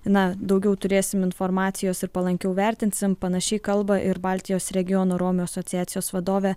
na daugiau turėsim informacijos ir palankiau vertinsim panašiai kalba ir baltijos regiono romų asociacijos vadovė